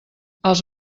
els